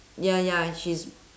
ya ya she's